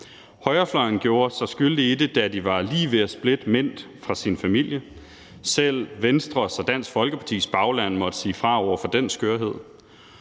Højrefløjen gjorde sig skyldig i det, da de var lige ved at skille Mint fra sin familie. Selv Venstres og Dansk Folkepartis baglande måtte sige fra over for den skørhed.